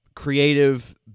Creative